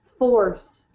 forced